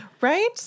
right